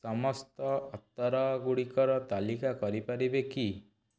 ସମସ୍ତ ଅତର ଗୁଡ଼ିକର ତାଲିକା କରିପାରିବେ କି